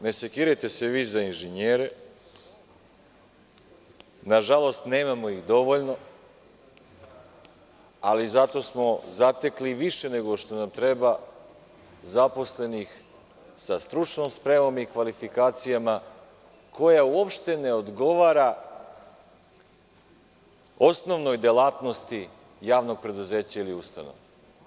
Ne sekirajte se da inženjere, nažalost nemamo ih dovoljno, ali smo zato zatekli više nego što nam treba zaposlenih sa stručnom spremom i kvalifikacijama koja uopšte ne odgovora osnovnoj delatnosti javnog preduzeća ili ustanove.